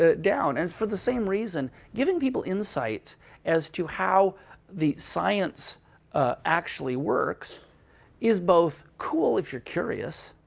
ah down. and for the same reason, giving people insights as to how the science actually works is both cool, if you're curious,